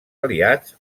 aliats